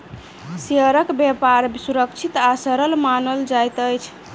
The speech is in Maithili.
शेयरक व्यापार सुरक्षित आ सरल मानल जाइत अछि